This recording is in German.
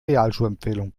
realschulempfehlung